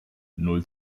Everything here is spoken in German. null